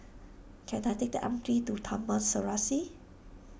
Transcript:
can I take the M T to Taman Serasi